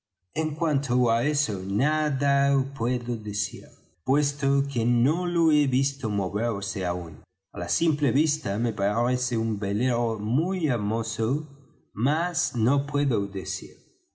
en cuanto á eso nada puedo decir puesto que no lo he visto moverse aún á la simple vista me parece un velero muy hermoso más no puedo decir